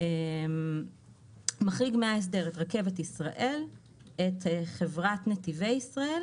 את חברת נתיבי ישראל,